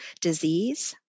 disease